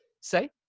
say